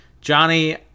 Johnny